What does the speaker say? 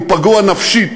הוא פגוע נפשית,